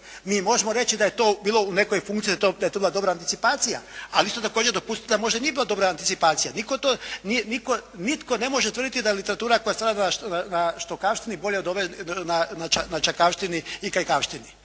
Mi možemo reći da je to bilo u nekoj funkciji, da je to bila dobra anticipacija ali isto dopustite da možda nije bila dobra anticipacija. Nitko to, nitko ne može tvrditi da literatura koja je pisana na štokavštini bolja od ove na čakavštini i kajkavštini.